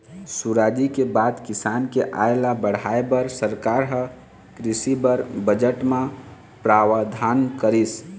सुराजी के बाद किसान के आय ल बढ़ाय बर सरकार ह कृषि बर बजट म प्रावधान करिस